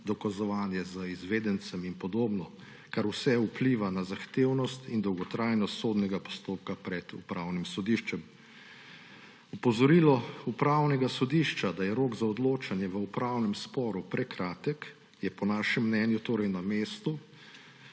dokazovanje z izvedencem in podobno, kar vse vpliva na zahtevnost in dolgotrajnost sodnega postopka pred upravnim sodiščem. Opozorilo upravnega sodišča, da je rok za odločanjem v upravnem sporu prekratek, je po našem mnenju torej na mestu,